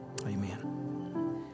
amen